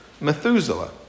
Methuselah